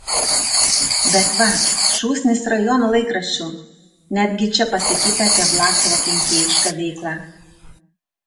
bet va šūsnis rajono laikraščių netgi čia pasakyta apie vlasovo kenkėjišką veiklą